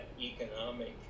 economic